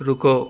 رکو